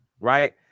right